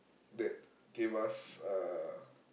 that gave us uh